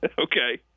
Okay